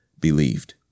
believed